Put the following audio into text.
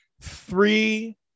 three